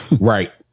Right